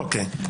אוקיי.